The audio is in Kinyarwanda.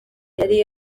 yari